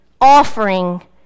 Offering